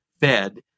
fed